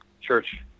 church